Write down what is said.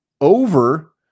over –